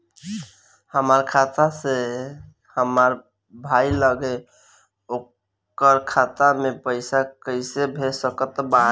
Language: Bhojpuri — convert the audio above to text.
हमार खाता से हमार भाई लगे ओकर खाता मे पईसा कईसे भेज सकत बानी?